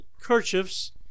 kerchiefs